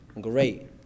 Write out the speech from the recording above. great